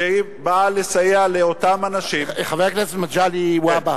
שבאה לסייע לאותם אנשים, חבר הכנסת מגלי והבה,